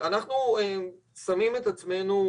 אנחנו שמים את עצמנו,